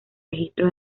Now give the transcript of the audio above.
registros